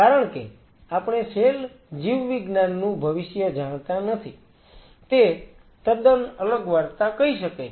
કારણ કે આપણે સેલ જીવવિજ્ઞાન નું ભવિષ્ય જાણતા નથી તે તદ્દન અલગ વાર્તા કહી શકે છે